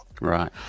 Right